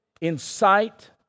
incite